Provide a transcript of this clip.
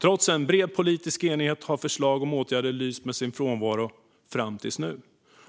Trots en bred politisk enighet har förslag om åtgärder lyst med sin frånvaro, fram till nu.